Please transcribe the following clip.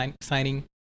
signing